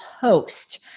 host